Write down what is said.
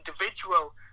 individual